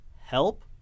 help